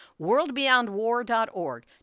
WorldBeyondWar.org